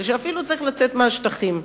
ושאפילו צריך לצאת מהשטחים.